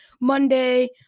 Monday